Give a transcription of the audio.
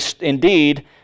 indeed